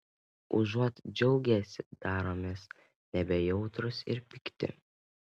užuot džiaugęsi daromės nebejautrūs ir pikti